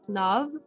love